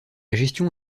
gestion